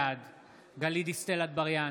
בעד גלית דיסטל אטבריאן,